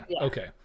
Okay